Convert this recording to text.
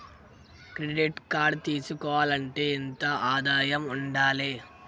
Credit card తీసుకోవాలంటే ఎంత ఆదాయం ఉండాలే?